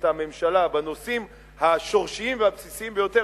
הממשלה בנושאים השורשיים והבסיסיים ביותר,